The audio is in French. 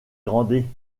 grandet